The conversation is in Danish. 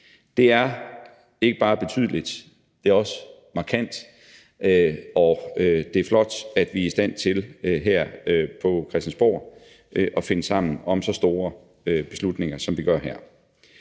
Det er ikke bare betydeligt, det er også markant, og det er flot, at vi er i stand til her på Christiansborg at finde sammen om så store beslutninger, som vi gør her.